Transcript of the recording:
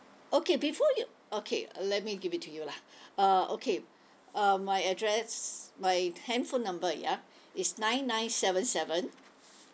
okay before you okay let me give it to you lah uh okay uh my address my handphone number ya is nine nine seven seven